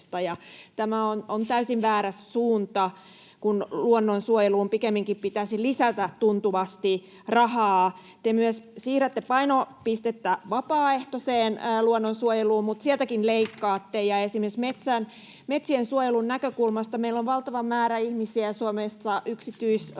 Tämä on täysin väärä suunta, kun luonnonsuojeluun pikemminkin pitäisi lisätä tuntuvasti rahaa. Te myös siirrätte painopistettä vapaaehtoiseen luonnonsuojeluun, mutta sieltäkin leikkaatte. Esimerkiksi metsiensuojelun näkökulmasta meillä Suomessa on ihmisillä valtava määrä yksityisomistuksessa